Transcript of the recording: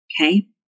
Okay